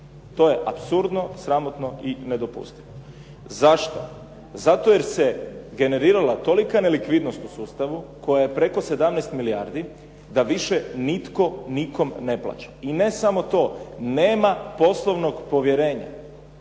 To je apsurdno, sramotno i nedopustivo. Zašto? Zato jer se generirala tolika nelikvidnost u sustavu koja je preko 17 milijardi da više nitko nikome ne plaća. I ne samo to, nema poslovnog povjerenja,